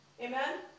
Amen